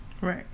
Right